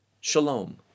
shalom